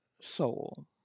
soul